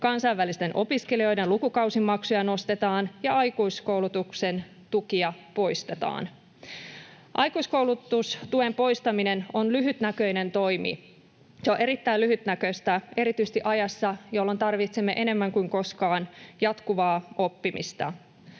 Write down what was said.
kansainvälisten opiskelijoiden lukukausimaksuja nostetaan ja aikuiskoulutuksen tukia poistetaan. Aikuiskoulutustuen poistaminen on lyhytnäköinen toimi. Se on erittäin lyhytnäköistä erityisesti ajassa, jolloin tarvitsemme enemmän kuin koskaan jatkuvaa oppimista.